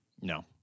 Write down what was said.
No